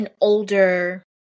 older